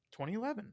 2011